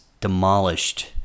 demolished